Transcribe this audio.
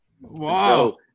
Wow